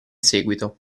seguito